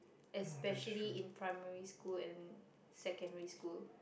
especially in primary school and secondary school